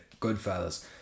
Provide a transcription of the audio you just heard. Goodfellas